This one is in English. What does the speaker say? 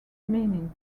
meaning